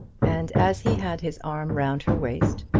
and as he had his arm round her waist,